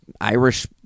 irish